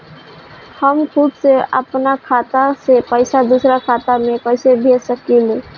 हम खुद से अपना खाता से पइसा दूसरा खाता में कइसे भेज सकी ले?